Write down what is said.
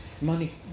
money